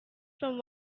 from